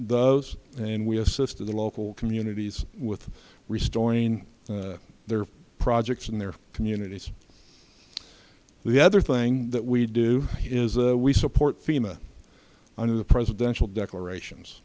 those and we assisted the local communities with restoring their projects in their communities the other thing that we do is a we support fema under the presidential declarations